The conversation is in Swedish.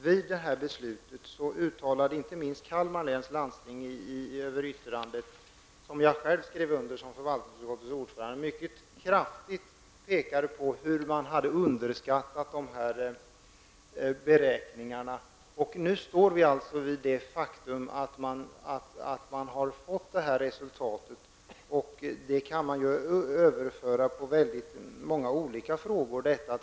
Vid det här beslutet påpekade inte minst Kalmar läns landsting -- jag skrev själv under detta såsom ordförande i förvaltningsutskottet --, mycket kraftigt att man har underskattat beräkningarna. Nu står vi inför det faktum att man har fått detta resultat. Detta kan man överföra på väldigt många olika frågor.